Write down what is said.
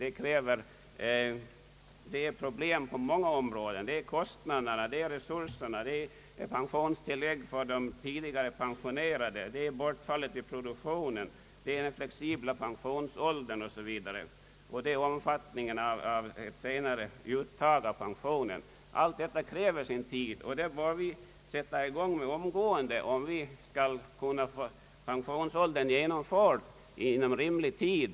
Det är många problem som skall lösas, nämligen i fråga om kostnaderna och resurserna, pensionstillägget för tidigare pensionerade, bortfallet i produktionen, den flexibla pensionsåldern, omfattningen av ett senare uttag av pensionen osv. Allt detta kräver sin tid. Därför bör åtgärder vidtas omedelbart, om vi skall kunna få frågan löst inom rimlig tid.